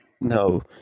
no